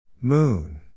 Moon